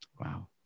Wow